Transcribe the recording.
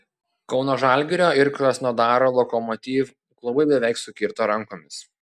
kauno žalgirio ir krasnodaro lokomotiv klubai beveik sukirto rankomis